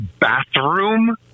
bathroom